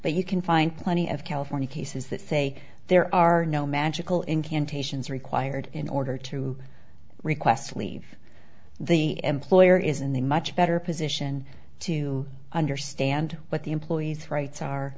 but you can find plenty of california cases that say there are no magical incantations required in order to request leave the employer is in a much better position to understand what the employee's rights are